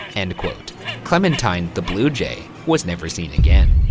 and clementime, the bluejay, was never seen again.